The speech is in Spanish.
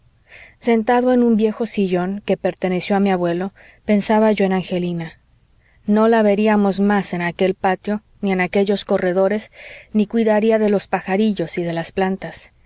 sentado en un viejo sillón que perteneció a mi abuelo pensaba yo en angelina no la veríamos más en aquel patio ni en aquellos corredores ni cuidaría de los pajarillos y de las plantas